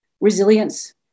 resilience